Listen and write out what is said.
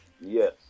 Yes